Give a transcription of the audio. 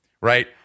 right